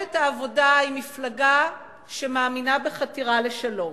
מפלגת העבודה היא מפלגה שמאמינה בחתירה לשלום,